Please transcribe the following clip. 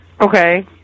Okay